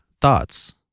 thoughts